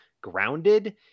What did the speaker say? grounded